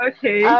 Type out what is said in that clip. Okay